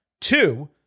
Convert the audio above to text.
Two